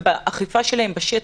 ובאכיפה שלהן בשטח,